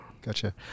Gotcha